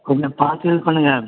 கொஞ்சம் பார்த்து இது பண்ணுங்கள்